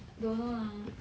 I don't know lah